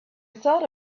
thought